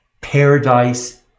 paradise